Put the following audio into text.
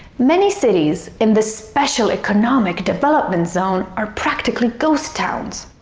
many cities in the special economic development zone are practically ghost towns.